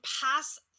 pass